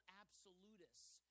absolutists